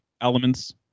elements